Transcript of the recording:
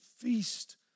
feast